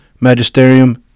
magisterium